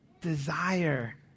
desire